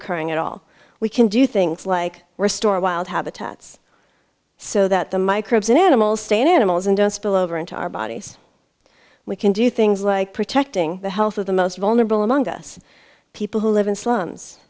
occurring at all we can do things like restore wild habitats so that the microbes and animals stand in a ml's and don't spill over into our bodies we can do things like protecting the health of the most vulnerable among us people who live in s